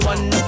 One